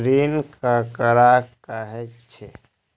ऋण ककरा कहे छै?